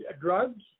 drugs